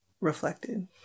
reflected